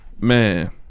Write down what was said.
Man